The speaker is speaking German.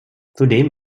zudem